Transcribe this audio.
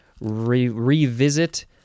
revisit